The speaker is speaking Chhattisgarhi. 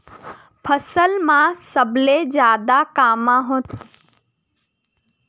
फसल मा सबले जादा कामा होथे?